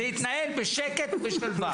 זה התנהל בשקט ובשלווה,